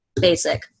basic